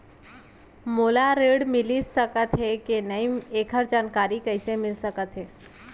मोला ऋण मिलिस सकत हे कि नई एखर जानकारी कइसे मिलिस सकत हे?